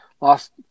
Lost